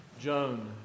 Joan